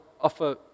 offer